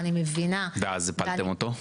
ואז הפלתם אותו.